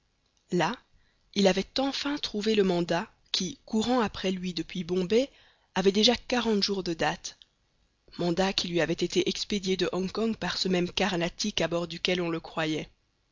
là il avait enfin trouvé le mandat qui courant après lui depuis bombay avait déjà quarante jours de date mandat qui lui avait été expédié de hong kong par ce même carnatic à bord duquel on le croyait